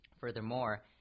Furthermore